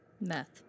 meth